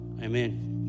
Amen